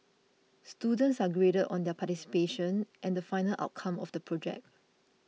students are graded on their participation and the final outcome of the project